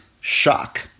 shock